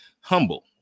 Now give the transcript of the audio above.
humble